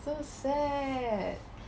so sad